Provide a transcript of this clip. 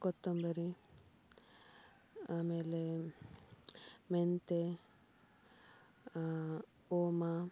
ಕೊತ್ತಂಬರಿ ಆಮೇಲೆ ಮೆಂತ್ಯೆ ಓಮ